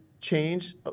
change